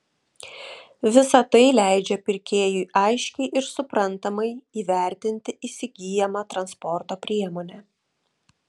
visa tai leidžia pirkėjui aiškiai ir suprantamai įvertinti įsigyjamą transporto priemonę